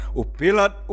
upilat